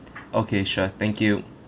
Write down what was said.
okay sure thank you